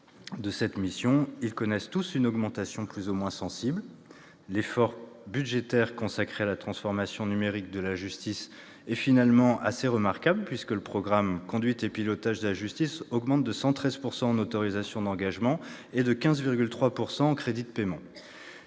de cette mission, ils connaissent tous une augmentation plus ou moins sensible. L'effort budgétaire consacré à la transformation numérique de la justice est en définitive assez remarquable, puisque le programme « Conduite et pilotage de la politique de la justice » augmente de 113 % en autorisations d'engagement et de 15,3 % en crédits de paiement.